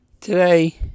today